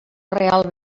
real